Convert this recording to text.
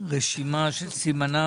רשימה שסימנה